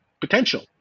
potential